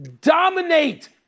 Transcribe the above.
dominate